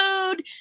food